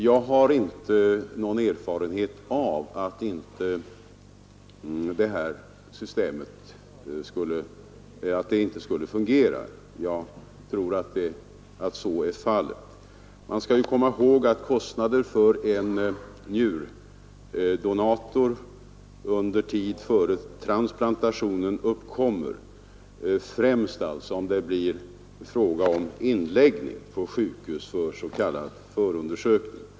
Jag har inte erfarit att det här systemet inte skulle fungera, och jag tror att det fungerar. Man skall komma ihåg att kostnader uppkommer för en njurdonator under tid före transplantationen främst om det blir fråga om inläggning på sjukhus för s.k. förundersökning.